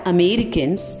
Americans